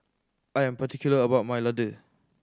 I am particular about my laddu